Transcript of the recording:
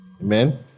Amen